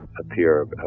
appear